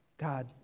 God